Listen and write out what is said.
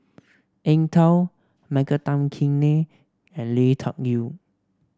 Eng Tow Michael Tan Kim Nei and Lui Tuck Yew